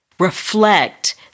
reflect